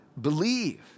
believe